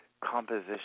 composition